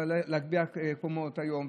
להגביה קומות היום,